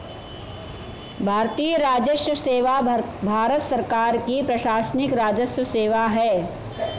भारतीय राजस्व सेवा भारत सरकार की प्रशासनिक राजस्व सेवा है